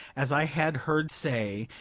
as i had heard say,